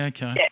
Okay